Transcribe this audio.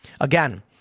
Again